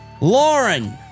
Lauren